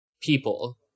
people